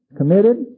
committed